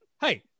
Hey